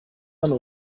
hano